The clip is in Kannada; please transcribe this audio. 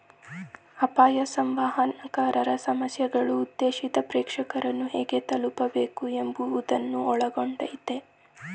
ಅಪಾಯ ಸಂವಹನಕಾರರ ಸಮಸ್ಯೆಗಳು ಉದ್ದೇಶಿತ ಪ್ರೇಕ್ಷಕರನ್ನು ಹೇಗೆ ತಲುಪಬೇಕು ಎಂಬುವುದನ್ನು ಒಳಗೊಂಡಯ್ತೆ